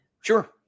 sure